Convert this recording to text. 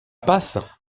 passe